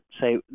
say